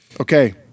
okay